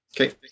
Okay